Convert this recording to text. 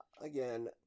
again